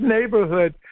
neighborhood